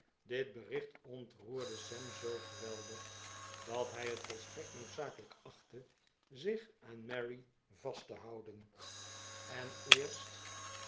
dit bericht ontroerde sam zoo geweldig dat hij het volstrekt noodzakelijk achtte zich aan mary vast te houden en eerst